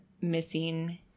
missing